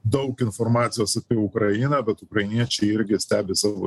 daug informacijos apie ukrainą bet ukrainiečiai irgi stebi savo